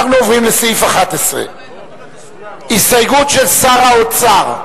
אנחנו עוברים לסעיף 11, הסתייגות של שר האוצר.